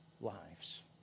lives